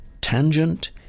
tangent